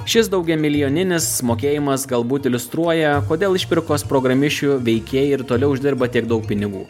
šis daugiamilijoninis mokėjimas galbūt iliustruoja kodėl išpirkos programišių veikėjai ir toliau uždirba tiek daug pinigų